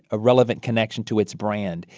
a relevant connection to its brand,